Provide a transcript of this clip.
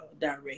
direct